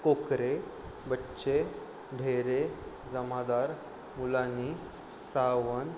Kokare Bachche Dhere Jamadar Mulani Sawant